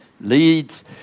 leads